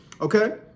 Okay